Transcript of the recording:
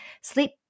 sleep